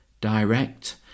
direct